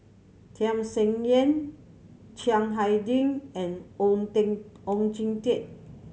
Tham Sien Yen Chiang Hai Ding and Oon Ding Oon Jin Teik